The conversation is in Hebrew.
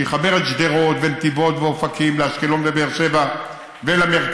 שיחבר את שדרות ונתיבות ואופקים לאשקלון ובאר שבע ולמרכז,